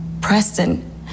Preston